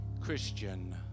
Christian